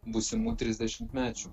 būsimų trisdešimtmečių